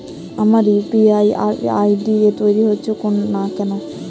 আমার UPI ID তৈরি হচ্ছে না কেনো?